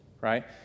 right